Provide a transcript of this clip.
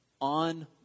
on